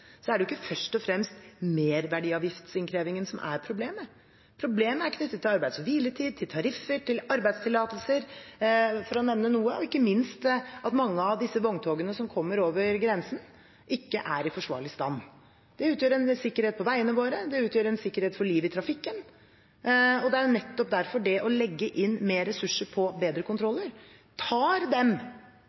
er det jo ikke først og fremst merverdiavgiftinnkrevingen som er problemet. Problemet er knyttet til arbeids- og hviletid, til tariffer og til arbeidstillatelser, for å nevne noe, og ikke minst at mange av disse vogntogene som kommer over grensen, ikke er i forsvarlig stand. Det utgjør en usikkerhet på veiene våre, det utgjør en usikkerhet for livet i trafikken, og det er nettopp derfor det å legge inn større ressurser for å få bedre kontroller tar dem